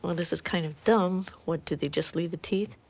um this is kind of dumb. what, did they just leave the teeth?